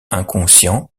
inconscient